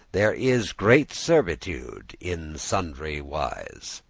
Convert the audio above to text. there is great servitude in sundry wise.